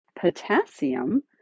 Potassium